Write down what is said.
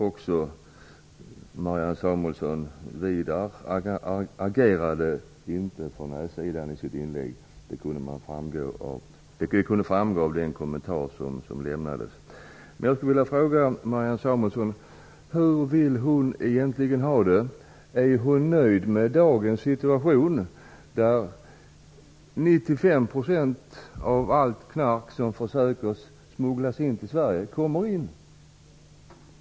Widar Andersson agerade inte för nej-sidan i sitt inlägg, Marianne Samuelsson. Det framgick av hans kommentarer. Hur vill Marianne Samuelsson egentligen ha det? Är hon nöjd med dagens situation där 95 % av allt knark som man försöker smuggla in till Sverige kommer in?